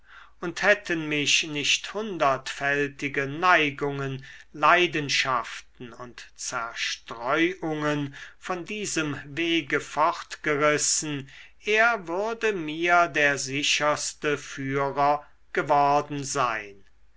und hätten mich nicht hundertfältige neigungen leidenschaften und zerstreuungen von diesem wege fortgerissen er würde mir der sicherste führer geworden sein